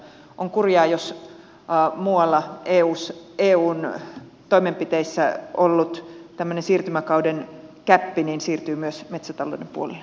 on kurjaa jos muualla eun toimenpiteissä ollut tämmöinen siirtymäkauden gäppi siirtyy myös metsätalouden puolelle